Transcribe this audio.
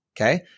Okay